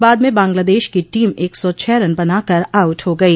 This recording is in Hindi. बाद में बांग्लादेश की टीम एक सौ छह रन बनाकर आउट हो गई